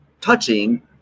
touching